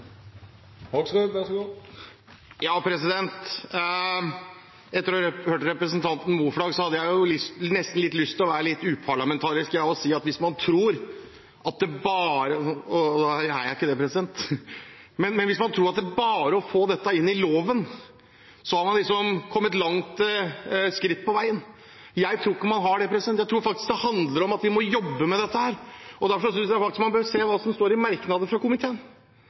representanten Moflag hadde jeg nesten lyst til å være litt uparlamentarisk – men nå er jeg ikke det. Men at det bare er å få dette inn i loven, og så har man liksom kommet et langt skritt på vei – det tror ikke jeg. Jeg tror faktisk det handler om at vi må jobbe med dette. Derfor synes jeg man bør se hva som står i merknadene fra komiteen,